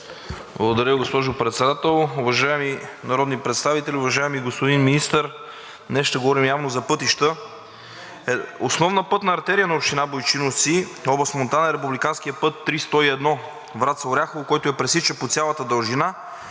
Благодаря, госпожо Председател. Уважаеми народни представители, уважаеми господин Министър! Днес ще говорим явно за пътища. Основна пътна артерия на община Бойчиновци, област Монтана, е републиканският път III-101 Враца – Оряхово, който я пресича по цялата дължина